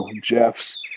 jeff's